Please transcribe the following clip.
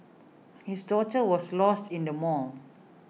his daughter was lost in the mall